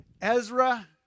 Ezra